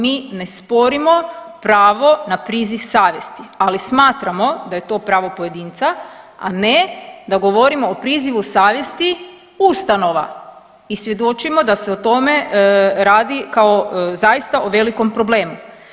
Mi ne sporimo pravo na priziv savjesti, ali smatramo da je to pravo pojedinca, a ne da govorimo o prizivu savjesti ustanova i svjedočimo da se o tome radi kao o zaista velikom problemu.